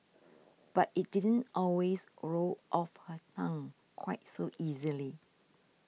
but it didn't always roll off her tongue quite so easily